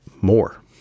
more